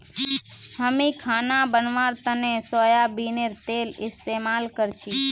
हामी खाना बनव्वार तने सोयाबीनेर तेल इस्तेमाल करछी